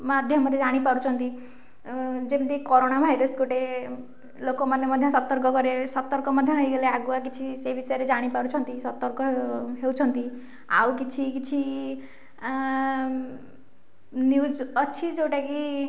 ମାଧ୍ୟମରେ ଜାଣିପାରୁଛନ୍ତି ଯେମିତି କୋରଣା ଭାଇରସ୍ ଗୋଟେ ଲୋକମାନେ ମଧ୍ୟ ସତର୍କ କରି ସତର୍କ ମଧ୍ୟ ହେଇଗଲେ ଆଗୁଆ କିଛି ସେଇ ବିଷୟରେ ଜାଣିପାରୁଛନ୍ତି ସତର୍କ ହେଉଛନ୍ତି ଆଉ କିଛି କିଛି ନିଉଜ୍ ଅଛି ଯେଉଁଟା କି